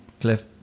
Cliff